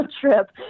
trip